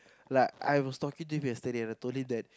like I was talking to him yesterday I told him that